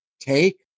take